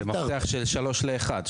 זה מפתח של שלוש לאחד,